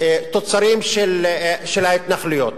תוצרים של ההתנחלויות.